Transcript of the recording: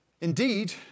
Indeed